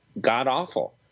god-awful